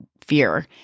fear